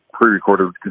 pre-recorded